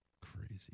Crazy